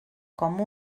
com